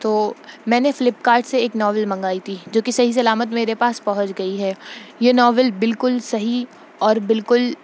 تو میں نے فلپ کارٹ سے ایک ناول منگائی تھی جو کہ صحیح سلامت میرے پاس پہنچ گئی ہے یہ ناول بالکل صحیح اور بالکل